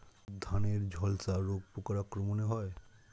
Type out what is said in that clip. ধানের ঝলসা রোগ পোকার আক্রমণে হয়?